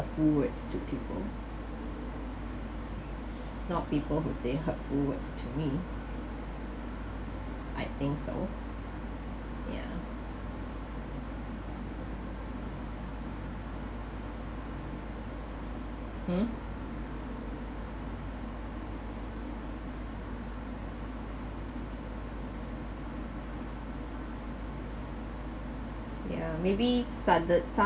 ~ful words to people it's not people who say hurtful words to me I think so ya mm yeah maybe sudden some